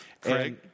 Craig